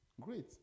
Great